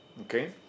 okay